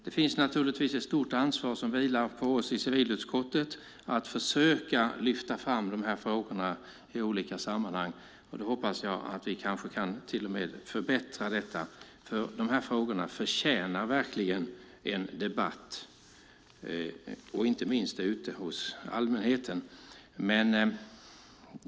Det vilar givetvis ett stort ansvar på oss i civilutskottet att försöka lyfta fram dessa frågor i olika sammanhang, och jag hoppas att vi kan förbättra det. Dessa frågor förtjänar verkligen en debatt, inte minst ute hos allmänheten.